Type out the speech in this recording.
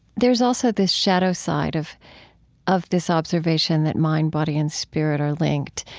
there's also this shadow side of of this observation that mind, body, and spirit are linked.